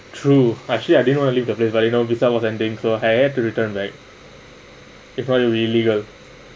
true actually I didn't want to leave the place but you know visa was ending so I had to return if not it be illegal